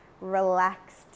relaxed